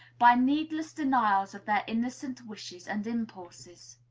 by needless denials of their innocent wishes and impulses.